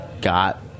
got